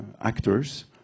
actors